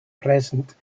present